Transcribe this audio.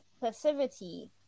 passivity